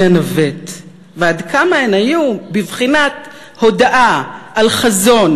אנווט" ועד כמה היו המילים האלה בבחינת הודעה על חזון